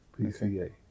PCA